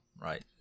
right